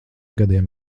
gadiem